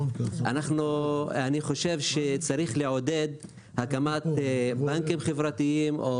אני חושב שצריך לעודד הקמת בנקים חברתיים.